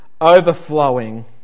overflowing